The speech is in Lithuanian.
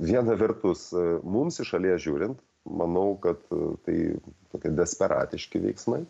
viena vertus mums iš šalies žiūrint manau kad tai tokie desperatiški veiksmai